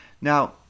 Now